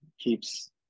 keeps